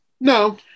No